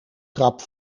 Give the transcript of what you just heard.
trap